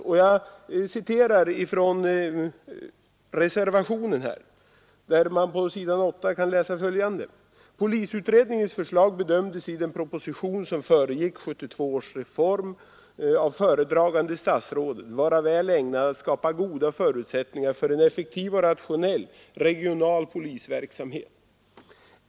På s. 8 i reservationen kan man läsa följande: ”Polisutredningens förslag bedömdes i den proposition som föregick 1972 års reform ——— av föredragande statsrådet vara väl ägnat att skapa goda förutsättningar för en effektiv och rationell regional polisverksamhet.